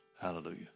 Hallelujah